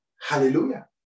Hallelujah